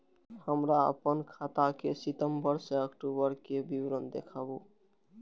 हमरा अपन खाता के सितम्बर से अक्टूबर के विवरण देखबु?